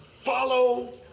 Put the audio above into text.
Follow